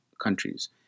countries